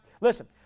Listen